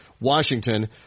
Washington